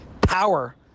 power